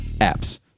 apps